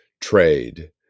trade